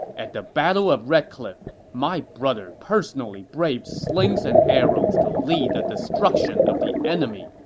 at the battle of red cliff, my brother personally braved slings and arrows to lead the destruction of the enemy,